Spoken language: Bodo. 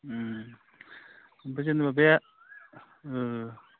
ओमफ्राय जेनेबा बे